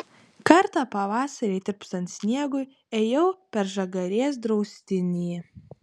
kartą pavasarį tirpstant sniegui ėjau per žagarės draustinį